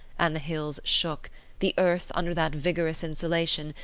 and the hills shook the earth, under that vigorous insulation,